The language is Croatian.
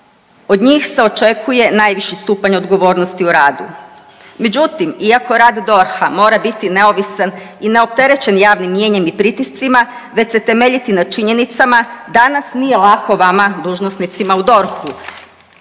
od njih se očekuje najviši stupanj odgovornosti u radu. Međutim, iako rad DORH-a mora biti neovisan i neopterećen javnim mnijenjem i pritiscima, već se temeljiti na činjenicama, danas nije lako vama dužnosnicima u DORH-u